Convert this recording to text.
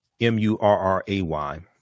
M-U-R-R-A-Y